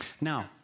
Now